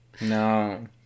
No